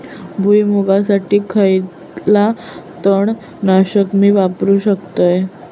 भुईमुगासाठी खयला तण नाशक मी वापरू शकतय?